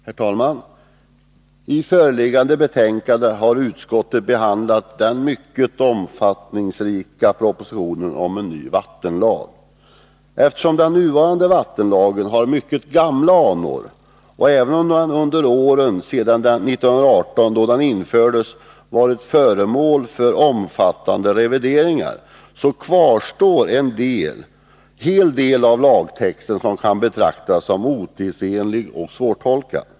Herr talman! I föreliggande betänkande har utskottet behandlat den mycket omfångsrika propositionen om en ny vattenlag. Den nuvarande vattenlagen har mycket gamla anor, och även om den under åren sedan 1918, då den infördes, varit föremål för omfattande revideringar, kan en hel del av lagtexten betraktas som otidsenlig och svårtolkad.